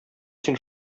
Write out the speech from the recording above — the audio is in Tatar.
син